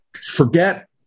forget